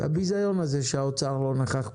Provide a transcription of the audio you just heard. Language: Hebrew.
ועל הביזיון הזה שהאוצר לא נכח פה,